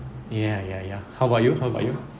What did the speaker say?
ya ya ya how about you how about you